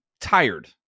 tired